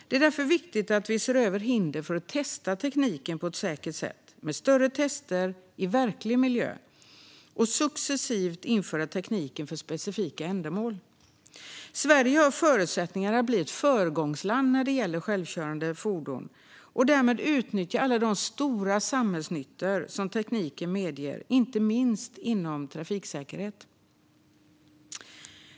Det är därför viktigt att vi ser över hinder för att testa tekniken på ett säkert sätt, med större tester i verklig miljö, och successivt införa tekniken för specifika ändamål. Sverige har förutsättningar att bli ett föregångsland när det gäller självkörande fordon och därmed utnyttja alla de stora samhällsnyttor som tekniken medger, inte minst inom trafiksäkerhet.